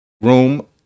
room